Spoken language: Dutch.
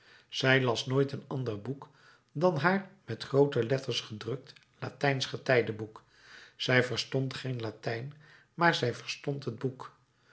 zij las nooit een ander boek dan haar met groote letters gedrukt latijnsch getijdeboek zij verstond geen latijn maar zij verstond het boek